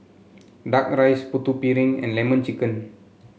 Duck Rice Putu Piring and lemon chicken